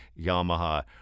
Yamaha